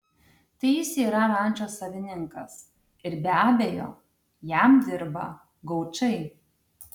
tai jis yra rančos savininkas ir be abejo jam dirba gaučai